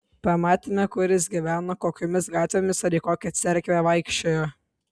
pamatėme kur jis gyveno kokiomis gatvėmis ar į kokią cerkvę vaikščiojo